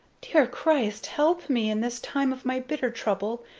dear christ, help me in this time of my bitter trouble,